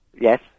Yes